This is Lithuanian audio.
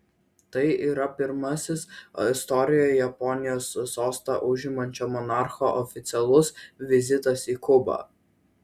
tai yra pirmasis istorijoje ispanijos sostą užimančio monarcho oficialus vizitas į kubą